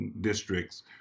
districts